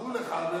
מחול לך, מחול לך.